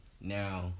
Now